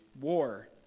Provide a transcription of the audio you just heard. war